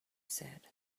said